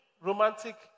romantic